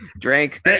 Drink